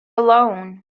alone